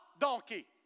donkey